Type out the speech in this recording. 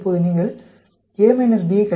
இப்போது நீங்கள் கழிக்கவும் A - B